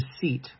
deceit